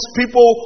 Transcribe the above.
people